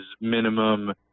minimum